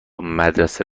مدرسه